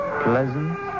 pleasant